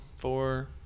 Four